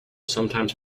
sometimes